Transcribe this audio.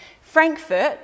Frankfurt